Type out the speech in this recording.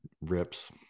rips